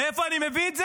מאיפה אתה מביא את זה?